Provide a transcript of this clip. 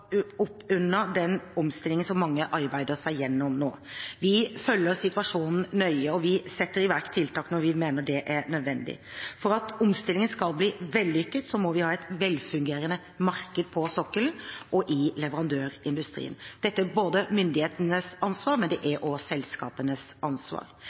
den omstillingen som mange arbeider seg gjennom nå. Vi følger situasjonen nøye, og vi setter i verk tiltak når vi mener det er nødvendig. For at omstillingen skal bli vellykket, må vi ha et velfungerende marked på sokkelen og i leverandørindustrien. Dette er myndighetenes ansvar, men det er også selskapenes ansvar.